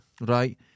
right